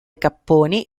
capponi